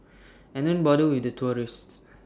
and don't bother with the tourists